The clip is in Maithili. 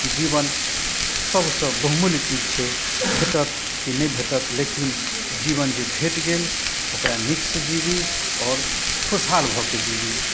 जीवन सबसँ बहुमूल्य चीज छै भेटत कि नहि भेटत लेकिन जीवन जे भेट गेल ओकरा नीकसँ जिबी आओर खुशहाल भऽ कऽ जिबी